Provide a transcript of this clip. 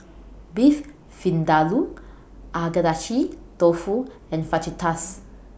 Beef Vindaloo Agedashi Dofu and Fajitas